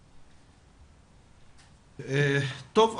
טוב.